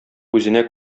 үзенә